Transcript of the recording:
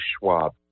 Schwab